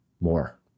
more